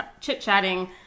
chit-chatting